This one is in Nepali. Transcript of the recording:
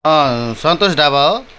सन्तोष ढाबा हो